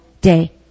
day